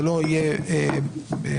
זה לא יהיה מבוזר,